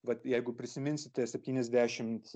vat jeigu prisiminsite septyniasdešimt